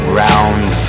round